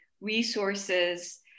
resources